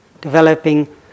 Developing